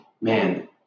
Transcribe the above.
man